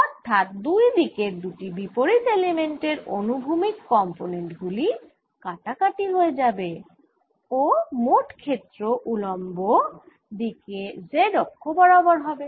অর্থাৎ দুই দিকের দুটি বিপরীত এলিমেন্ট এর অনুভূমিক কম্পোনেন্ট গুলি কাটাকাটি হয়ে যাবে ও মোট ক্ষেত্র উল্লম্ব দিকে z অক্ষ বরাবর হবে